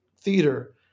theater